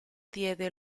diede